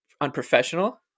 unprofessional